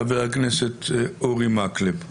חבר הכנסת אורי מקלב.